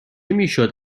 میشد